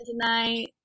tonight